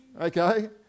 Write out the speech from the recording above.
Okay